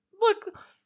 look